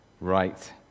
right